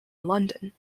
london